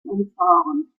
umfahren